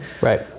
Right